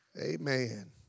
Amen